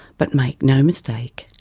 but make no mistake,